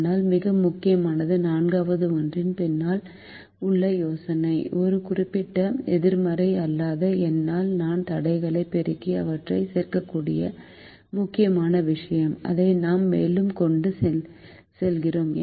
ஆனால் மிக முக்கியமாக நான்காவது ஒன்றின் பின்னால் உள்ள யோசனை ஒரு குறிப்பிட்ட எதிர்மறை அல்லாத எண்ணால் நான் தடைகளை பெருக்கி அவற்றைச் சேர்க்கக்கூடிய முக்கியமான விஷயம் அதை நாம் மேலும் கொண்டு செல்கிறோம்